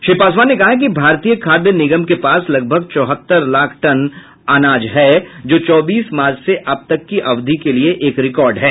श्री पासवान ने कहा कि भारतीय खाद्य निगम के पास लगभग चौहत्तर लाख टन अनाज है जो चौबीस मार्च से अब तक की अवधि के लिए एक रिकॉर्ड है